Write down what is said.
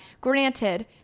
Granted